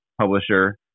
publisher